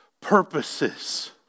purposes